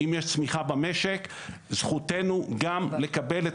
אם יש צמיחה במשק זכותנו גם לקבל את